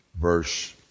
verse